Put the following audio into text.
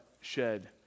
shed